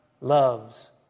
loves